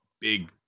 big